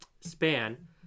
span